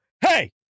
hey